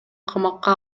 камакка